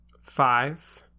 five